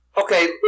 Okay